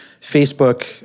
Facebook